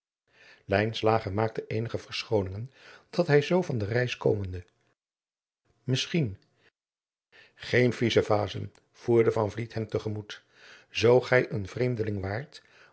maakte eenige verschooningen dat hij zoo van de reis komende misschien geene vizevazen voerde van vliet hem te gemoet zoo gij een vreemdeling waart